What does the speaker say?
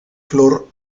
flor